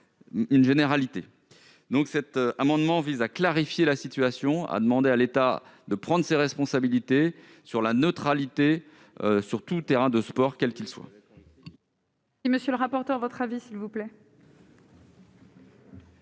une généralité. Cet amendement vise donc à clarifier la situation et à demander à l'État de prendre ses responsabilités pour imposer la neutralité sur tous les terrains de sport, quels qu'ils soient.